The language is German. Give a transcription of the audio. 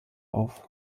auf